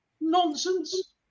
Nonsense